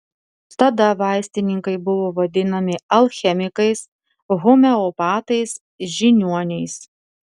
tada vaistininkai buvo vadinami alchemikais homeopatais žiniuoniais